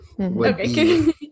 Okay